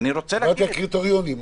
דיברתי על קריטריונים.